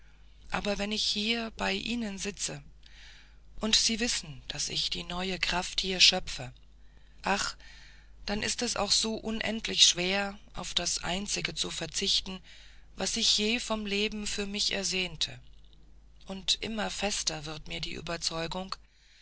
aber wenn ich hier bei ihnen sitze und sie wissen daß ich die neue kraft hier schöpfe ach dann ist es auch so unendlich schwer auf das einzige zu verzichten was ich je vom leben für mich ersehnte und immer fester wird mir die überzeugung